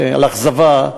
של אכזבה.